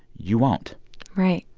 you won't right